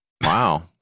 Wow